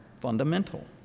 fundamental